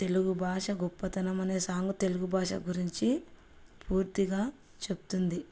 తెలుగు భాష గొప్పతనం అనే సాంగ్ తెలుగు భాష గురించి పూర్తిగా చెప్తుంది